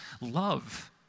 love